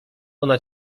ona